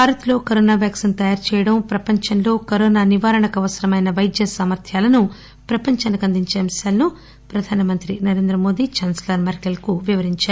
భారత్ లో Covid vaccine తయారు చేయడం ప్రపంచంలో కోవిడ్ నివారణకు అవసరమైన వైద్య సామర్థ్యాలను ప్రపంచానికి అందించే అంశాలను ప్రధానమంత్రి నరేంద్రమోదీ ఛాన్స్లర్ మెర్కెల్ కు వివరించారు